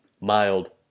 mild